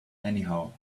anyhow